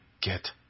get